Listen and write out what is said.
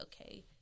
okay